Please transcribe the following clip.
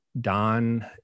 Don